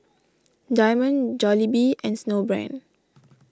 Diamond Jollibee and Snowbrand